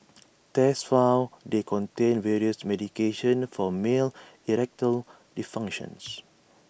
tests found they contained various medications for male erectile dysfunctions